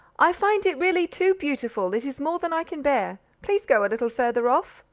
i find it really too beautiful, it is more than i can bear. please go a little farther off.